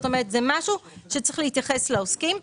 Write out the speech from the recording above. זאת אומרת, זה משהו שצריך להתייחס לעוסקים.